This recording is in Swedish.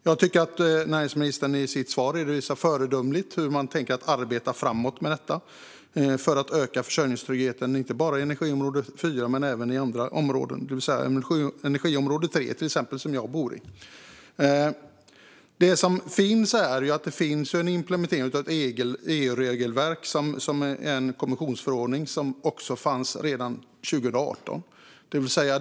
Jag tycker att näringsministern i sitt svar redovisar föredömligt hur man tänker arbeta framåt med detta för att öka försörjningstryggheten, inte bara i energiområde 4 utan även i andra områden, till exempel energiområde 3, som jag bor i. Det finns en implementering av ett EU-regelverk, en kommissionsförordning som fanns redan 2018.